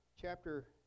chapter